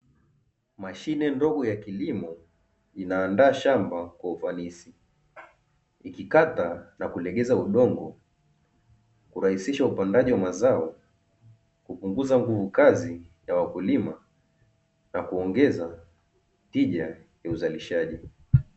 Mashine ndogo ya kilimo, inaandaa shamba kwa ufanisi. Ikikata na kulegeza udongo, kurahisisha upandaji wa mazao, kupunguza nguvu kazi ya wakulima, na kuongeza tija ya uzalishaji.